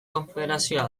konfederazioa